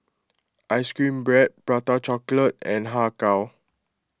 Ice Cream Bread Prata Chocolate and Har Kow